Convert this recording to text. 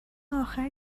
اخر